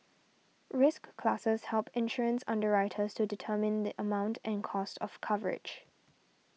risk classes help insurance underwriters to determine the amount and cost of coverage